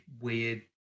weird